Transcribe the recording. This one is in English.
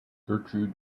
gertrude